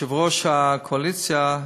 יושב-ראש הקואליציה,